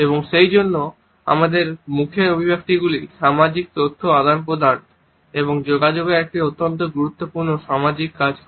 এবং সেইজন্য আমাদের মুখের অভিব্যক্তিগুলি সামাজিক তথ্য আদান প্রদান এবং যোগাযোগের একটি অত্যন্ত গুরুত্বপূর্ণ সামাজিক কাজ করে